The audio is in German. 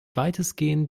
weitestgehend